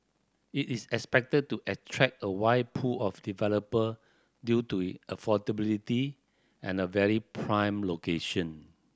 it is expected to attract a wide pool of developer due to it affordability and a very prime location